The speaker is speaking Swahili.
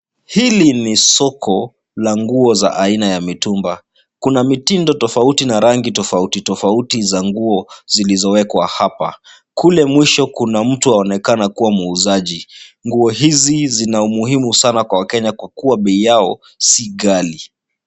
Hili ni soko la nguo ya aina za mitumba. Kuna mitindo tofauti na rangi tofauti tofauti za nguo zilizo wekwa hapa. Kule mwisho kuna mtu aonekana kua muuzaji. Nguo hizi zina umuhimu sana kwa wakenya kwakua bei yao si ghali.